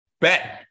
bet